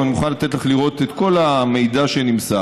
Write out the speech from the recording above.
ואני מוכן לתת לך לראות את כל המידע שנמסר,